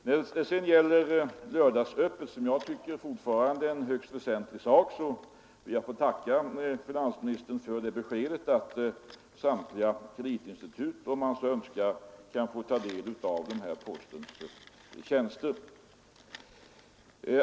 När det sedan gäller lördagsöppet, som jag tycker fortfarande är en högst väsentlig sak, så ber jag att få tacka finansministern för beskedet att samtliga kreditinstitut, om de så önskar, kan få ta del av postens tjänster i det avseendet.